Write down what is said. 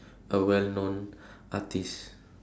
a well known artist